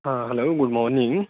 ہاں hello good morning